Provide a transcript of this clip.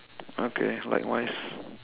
okay likewise